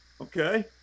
okay